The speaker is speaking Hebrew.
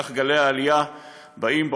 כך גלי העלייה באים,